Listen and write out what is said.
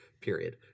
period